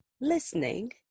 listening